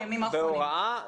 בהוראה?